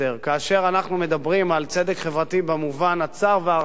כאשר אנחנו מדברים על צדק חברתי במובן הצר והרחב.